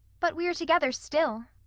but we're together still,